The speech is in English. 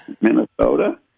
Minnesota